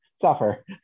suffer